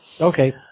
Okay